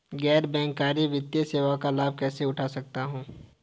गैर बैंककारी वित्तीय सेवाओं का लाभ कैसे उठा सकता हूँ?